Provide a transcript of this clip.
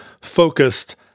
focused